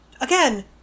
Again